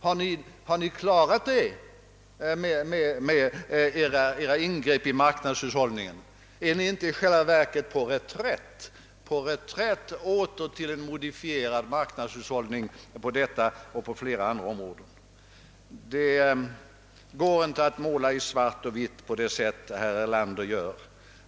Har ni klarat den med edra ingrepp i marknadshushållningen? Är ni inte i själva verket på reträtt till en modifierad marknadshushållning på detta och flera andra områden? Det går inte att måla i svart och vitt på herr Erlanders sätt.